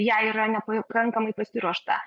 jai yra nepakankamai pasiruošta